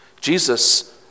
Jesus